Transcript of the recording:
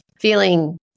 feeling